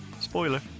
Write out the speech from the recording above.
spoiler